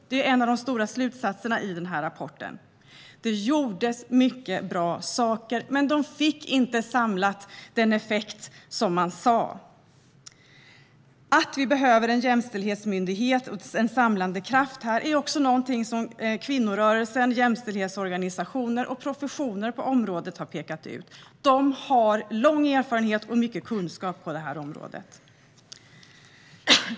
Det är en av de stora slutsatserna i denna rapport. Det gjordes många bra saker, men de fick inte den samlade effekt som man sa att de skulle få. Att vi behöver en jämställdhetsmyndighet och en samlande kraft är någonting som kvinnorörelsen, jämställdhetsorganisationer och professioner på området har pekat ut. De har lång erfarenhet och stor kunskap på detta område.